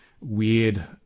weird